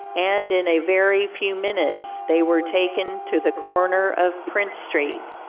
and in a very few minutes they were taken to the corner of prince street.